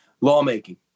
lawmaking